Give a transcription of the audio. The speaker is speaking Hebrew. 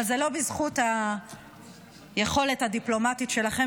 אבל זה לא בזכות היכולת הדיפלומטית שלכם,